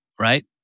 right